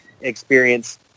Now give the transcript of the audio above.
experience